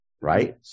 right